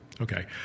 Okay